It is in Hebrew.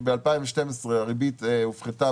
ב-2012 הריבית הופחתה